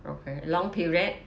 okay long period